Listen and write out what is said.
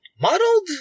Muddled